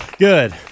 Good